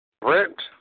Brent